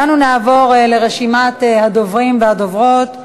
אנו נעבור לרשימת הדוברים והדוברות.